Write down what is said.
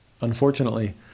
Unfortunately